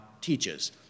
teaches